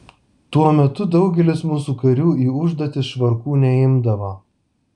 tuo metu daugelis mūsų karių į užduotis švarkų neimdavo